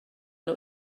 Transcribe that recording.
nhw